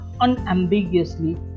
unambiguously